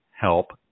help